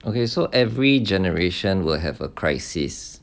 okay so every generation will have a crisis